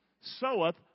soweth